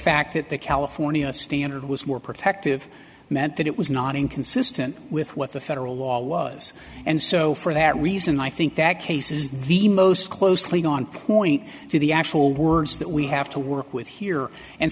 fact that the california standard was more protective meant that it was not inconsistent with what the federal law was and so for that reason i think that case is the most closely on point to the actual words that we have to work with here and